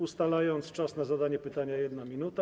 Ustalam czas na zadanie pytania - 1 minuta.